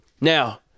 Now